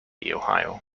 ohio